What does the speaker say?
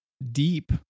Deep